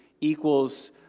equals